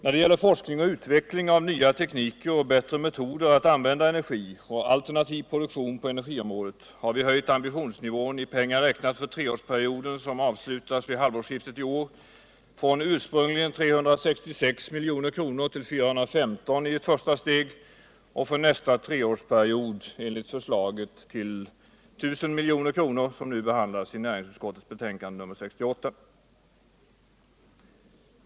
När det gäller forskning och utveckling av nya tekniker och bättre metoder att använda energi och alternativ produktion på energiområdet har vi höjt ambitionsnivån i pengar räknat för treårsperioden som avslutas vid halvårsskiftet i år från ursprungligen 366 milj.kr. till 415 milj.kr. i ett första steg och för nästa treårsperiod enligt förslaget som nu behandlas till 1 000 miljoner.